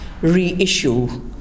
reissue